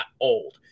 old